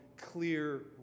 clear